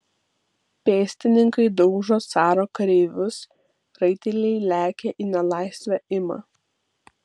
pėstininkai daužo caro kareivius raiteliai lekia į nelaisvę ima